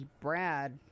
Brad